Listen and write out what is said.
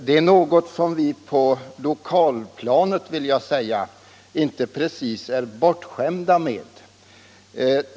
Det är något som vi på lokalplanet inte precis är bortskämda med.